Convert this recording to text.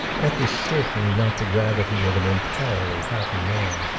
that was certainly not the gravity of an entirely happy man.